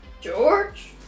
George